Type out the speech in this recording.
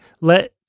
Let